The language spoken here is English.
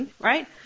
right